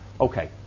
Okay